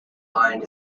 line